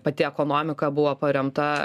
pati ekonomika buvo paremta